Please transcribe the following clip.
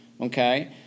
Okay